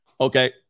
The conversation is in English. Okay